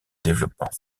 développement